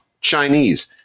Chinese